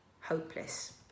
hopeless